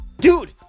Dude